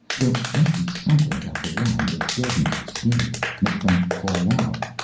there must be something about the wine that deadens the skins, makes them fall off.